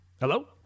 Hello